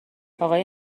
آقای